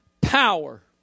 power